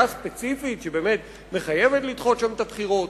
ספציפית שבאמת מחייבת לדחות שם את הבחירות.